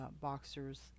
boxers